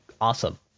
awesome